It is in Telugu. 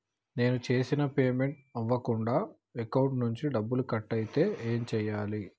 నేను చేసిన పేమెంట్ అవ్వకుండా అకౌంట్ నుంచి డబ్బులు కట్ అయితే ఏం చేయాలి?